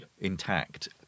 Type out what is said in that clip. intact